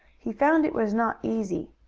he found it was not easy.